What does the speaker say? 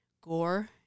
gore